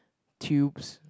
tubes